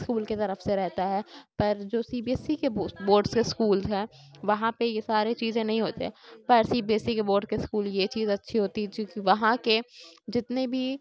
school کے طرف سے رہتا ہے پر جو سی بی ایس سی کے بورڈس اسکول ہیں وہاں پہ یہ سارے چیزیں نہیں ہوتے پر سی بی ایس سی کے بورڈ کے اسکول یہ چیز اچھی ہوتی چونکہ وہاں کے جتنے بھی